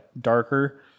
darker